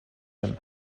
him